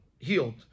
healed